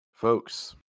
Folks